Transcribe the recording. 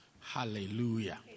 Hallelujah